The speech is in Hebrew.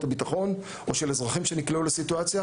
הביטחון או של אזרחים שנקלעו לסיטואציה,